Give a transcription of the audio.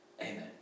Amen